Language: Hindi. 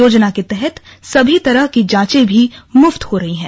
योजना के तहत सभी तरह की जांचे भी मुफ्त हो रही हैं